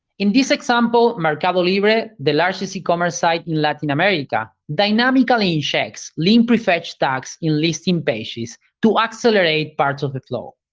in this example, mercadolibre, the largest e-commerce site in latin america, dynamically checks link prefetch tags in listing pages to accelerate parts of the flow.